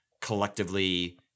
collectively